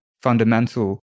fundamental